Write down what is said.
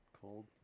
cold